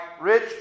rich